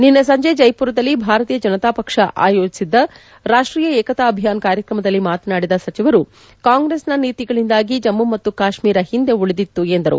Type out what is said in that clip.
ನಿನ್ನೆ ಸಂಜೆ ಜೈಮರದಲ್ಲಿ ಭಾರತೀಯ ಜನತಾ ಪಕ್ಷ ಆಯೋಜಿಸಿದ್ದ ರಾಷ್ಟೀಯ ಏಕತಾ ಅಭಿಯಾನ್ ಕಾರ್ಯಕ್ರಮದಲ್ಲಿ ಮಾತನಾಡಿದ ಸಚಿವರು ಕಾಂಗ್ರೆಸ್ನ ನೀತಿಗಳಿಂದಾಗಿ ಜಮ್ಮ ಮತ್ತು ಕಾಶ್ಮೀರ ಹಿಂದೆ ಉಳಿದಿತ್ತು ಎಂದರು